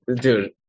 dude